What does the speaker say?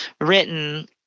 written